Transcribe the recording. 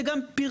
זה גם פרצה,